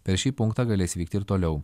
per šį punktą galės vykti ir toliau